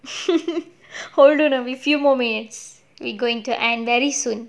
hold on erby a few moments we going to end very soon